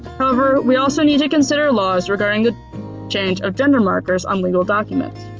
however, we also need to consider laws regarding the change of gender markers on legal documents.